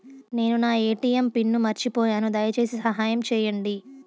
నేను నా ATM pin మర్చిపోయాను, దయచేసి సహాయం చేయండి